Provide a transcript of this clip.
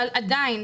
אבל עדיין,